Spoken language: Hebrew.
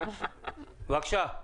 הוצע לנו לערוך מסיבות רווקות ורווקים.